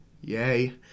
Yay